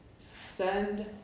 Send